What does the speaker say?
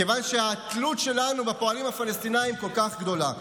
מכיוון שהתלות שלנו בפועלים הפלסטינים כל כך גדולה.